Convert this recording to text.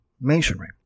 masonry